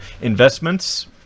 investments